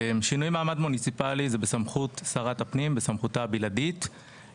שינוי מעמד מוניציפלי הוא בסמכותה הבלעדית של שרת הפנים.